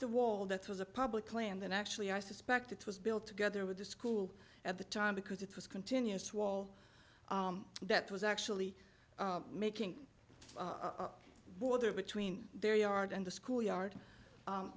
the wall that was a public land and actually i suspect it was built together with the school at the time because it was continuous wall that was actually making a border between their yard and the school yard